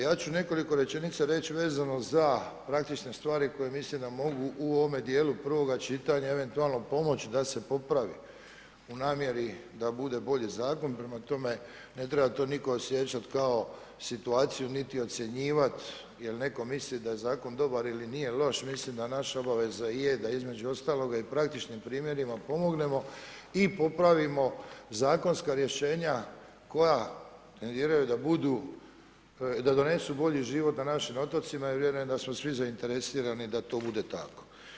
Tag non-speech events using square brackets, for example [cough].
Ja ću nekoliko rečenica reći vezano za praktične stvari koje mislim da mogu u ovome djelu prvoga čitanja eventualno pomoć da se popravi u namjeri da bude bolji zakon, prema tome ne treba to nitko osjećat kao situaciju, niti ocjenjivati jer netko misli da je zakon dobar ili nije loš, mislim da naša obaveza i je da između ostaloga i praktičnim primjerima pomognemo i popravimo zakonska rješenja koja, … [unintelligible] da donesu bolji život na našim otocima i vjerujem da smo svi zainteresirani da to bude tako.